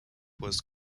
was